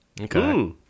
Okay